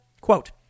Quote